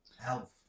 health